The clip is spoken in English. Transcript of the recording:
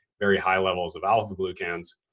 very high levels of alpha glucans.